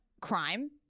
crime